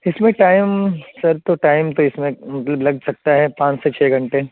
اس میں time sir تو time تو اس میں مطلب لگ سکتا پانچ سے چھ گھنٹے